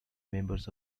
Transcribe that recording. members